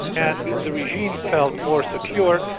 and the regime felt more secure,